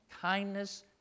kindness